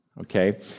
okay